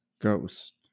ghost